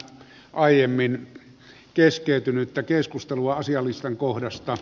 aiemmin keskeytynyttä keskustelua asiallisen kohdasta